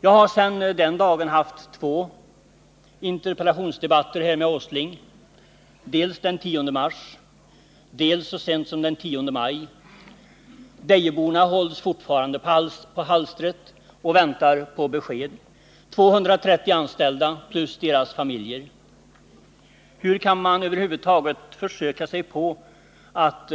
Jag har sedan den dagen haft två interpellationsdebatter med Nils Åsling — dels den 10 mars, dels så sent som den 10 maj. Dejeborna hålls fortfarande på halster och väntar på besked — 230 anställda plus deras familjer. Hur kan man över huvud taget försöka sig på att